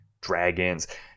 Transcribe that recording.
dragons